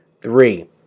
Three